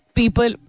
people